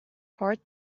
heart